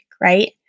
right